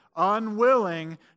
unwilling